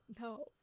No